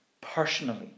personally